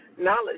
knowledge